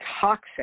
toxic